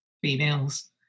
females